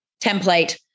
template